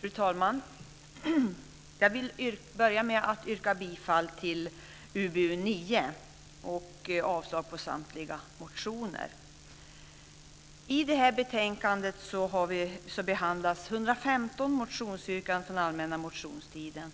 Fru talman! Jag vill börja med att yrka bifall till förslaget i utbildningsutskottets betänkande nr 9 och avslag på samtliga motioner. I betänkandet behandlas 115 motionsyrkanden från allmänna motionstiden